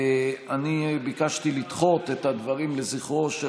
אני ביקשתי לדחות את הדברים לזכרו של